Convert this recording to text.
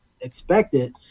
expected